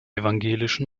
evangelischen